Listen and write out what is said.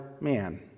man